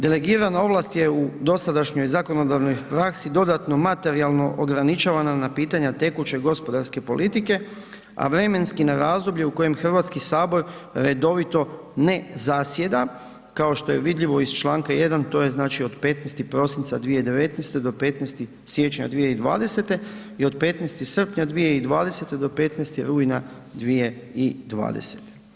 Delegirana ovlast je u dosadašnjoj zakonodavnoj praksi dodatno materijalno ograničavana na pitanja tekuće gospodarske politike, a vremenski na razdoblje u kojem HS redovito ne zasjeda, kao što je vidljivo iz čl. 1. to je znači od 15. prosinca 2019. do 15. siječnja 2020. i od 15. srpnja 2020. do 15. rujna 2020.